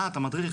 אה, אתה מדריך?